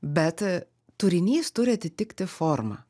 bet turinys turi atitikti formą